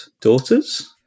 daughters